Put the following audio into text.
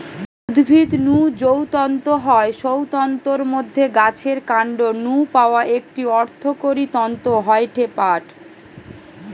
উদ্ভিদ নু যৌ তন্তু হয় সৌ তন্তুর মধ্যে গাছের কান্ড নু পাওয়া একটি অর্থকরী তন্তু হয়ঠে পাট